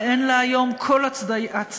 אין לה היום כל הצדקה,